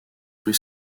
rue